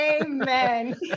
Amen